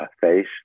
face